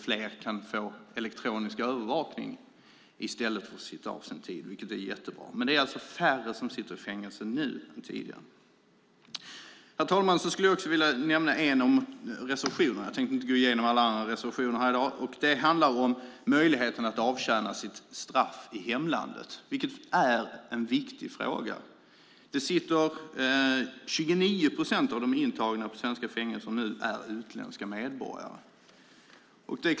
Fler kan få elektronisk övervakning i stället för att sitta av sin tid, vilket är jättebra. Men det är alltså färre som sitter i fängelse nu än tidigare. Herr talman! Jag skulle också vilja nämna en av reservationerna. Jag tänkte inte gå igenom alla andra reservationer här i dag, utan jag tar upp just den som handlar om möjligheten att avtjäna sitt straff i hemlandet, vilket är en viktig fråga. 29 procent av de intagna i svenska fängelser nu är utländska medborgare.